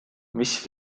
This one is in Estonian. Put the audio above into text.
mis